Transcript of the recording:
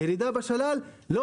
הירידה בשלל היא לא